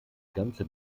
ganze